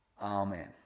Amen